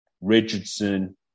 Richardson